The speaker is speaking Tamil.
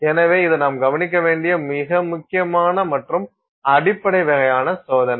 எனவே இது நாம் கவனிக்க வேண்டிய மிக முக்கியமான மற்றும் அடிப்படை வகையான சோதனை